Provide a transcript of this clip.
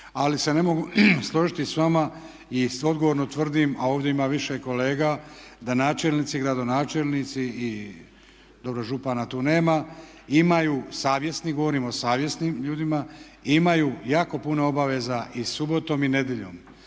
ali se ne mogu složiti s vama i odgovorno tvrdim, a ovdje ima više kolega da načelnici, gradonačelnici i dobro župana tu nema imaju savjesti, govorim o savjesnim ljudima, imaju jako puno obaveza i subotom i nedjeljom.